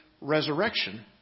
resurrection